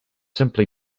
simply